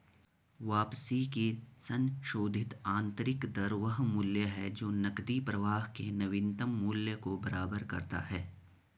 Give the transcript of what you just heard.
वापसी की संशोधित आंतरिक दर वह मूल्य है जो नकदी प्रवाह के नवीनतम मूल्य को बराबर करता है